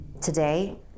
Today